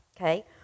Okay